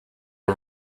are